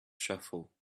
shuffle